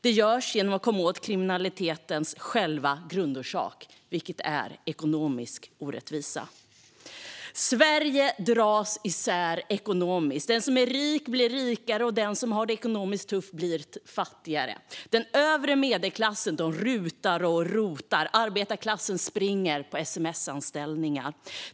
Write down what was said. Det görs genom att komma åt kriminalitetens själva grundorsak, vilket är ekonomisk orättvisa. Sverige dras isär ekonomiskt. Den som är rik blir rikare, och den som har det ekonomiskt tufft blir fattigare. Den övre medelklassen RUT:ar och ROT:ar; arbetarklassen springer på sms-anställningar.